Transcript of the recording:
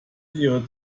ihre